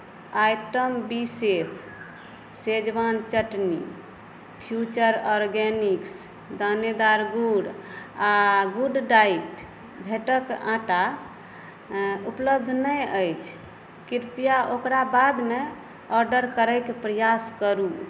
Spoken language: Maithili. आइटम बी chef schezwan chutney Future Organics दानेदार गुड़ आ गुडडाइट भेँटक आटा उपलब्ध नहि अछि कृपया ओकरा बादमे ऑर्डर करैक प्रयास करू